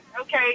okay